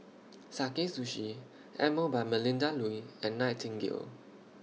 Sakae Sushi Emel By Melinda Looi and Nightingale